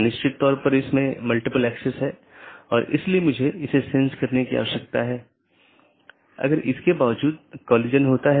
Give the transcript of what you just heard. network layer reachability की जानकारी जिसे NLRI के नाम से भी जाना जाता है